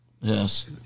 Yes